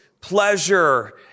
pleasure